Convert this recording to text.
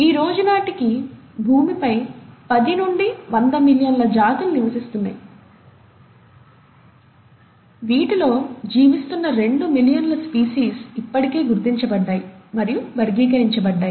ఈ రోజు నాటికి భూమిపై పది నుండి వంద మిలియన్ల జాతులు నివసిస్తున్నాయి వీటిలో జీవిస్తున్న రెండు మిలియన్ల స్పీసీస్ ఇప్పటికే గుర్తించబడ్డాయి మరియు వర్గీకరించబడ్డాయి